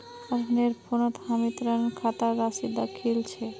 अरनेर फोनत हामी ऋण खातार राशि दखिल छि